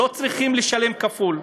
והם לא צריכים לשלם כפול.